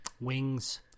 Wings